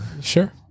Sure